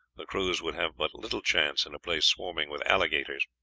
the crews would have but little chance in a place swarming with alligators.